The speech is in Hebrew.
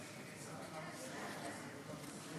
8, 9, 10,